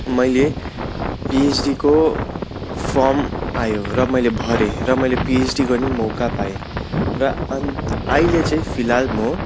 मैले पिएचडीको फर्म आयो र मैले भरेँ र मैले पिएचडी गर्ने मौका पाएँ र अहिले चाहिँ फिलहाल म